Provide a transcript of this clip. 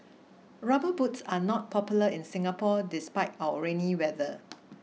rubber boots are not popular in Singapore despite our rainy weather